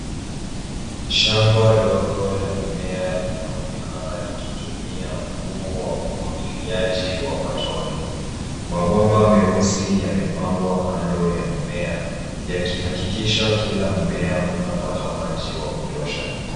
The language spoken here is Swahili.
Shamba dogo la mimea linaonekana likitumia mfumo wa umwagiliaji wa matone. Mabomba meusi yamepangwa kando ya mimea yakihakikisha kila mmea unapata maji wa kutosha.